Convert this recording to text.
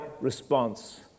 response